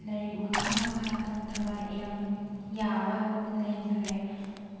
ꯂꯥꯏꯔꯤꯛ ꯃꯈꯥ ꯃꯈꯥ ꯇꯝꯊꯕ ꯌꯥꯕ ꯂꯩꯈ꯭ꯔꯦ